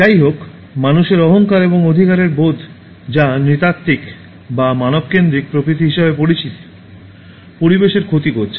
যাইহোক মানুষের অহংকার এবং অধিকারের বোধ যা নৃতাত্ত্বিক বা মানব কেন্দ্রিক প্রকৃতি হিসাবে পরিচিত পরিবেশের ক্ষতি করছে